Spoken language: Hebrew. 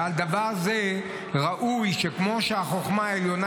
ועל דבר זה ראוי שכמו שהחוכמה העליונה